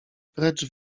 precz